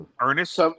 Ernest